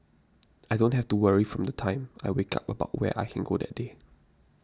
I don't have to worry from the time I wake up about where I can go that day